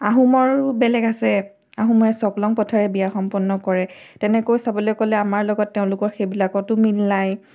আহোমৰো বেলেগ আছে আহোমে চকলং প্ৰথাৰে বিয়া সম্পন্ন কৰে তেনেকৈ চাবলৈ গ'লে আমাৰ লগত তেওঁলোকৰ সেইবিলাকতো মিল নাই